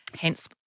Hence